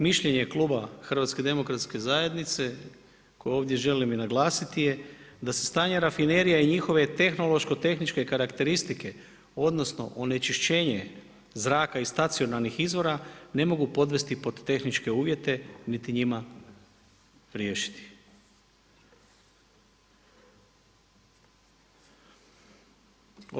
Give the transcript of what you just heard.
Mišljenje kluba HDZ-a koje ovdje želim i naglasiti je, da se stanje rafinerije i njihove tehnološko-tehničke karakteristike odnosno onečišćenje zraka iz stacionarnih izvora ne mogu podvesti pod tehničke uvjete niti njima riješiti.